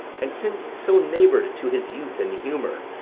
and since so neighbour'd to his youth and humour,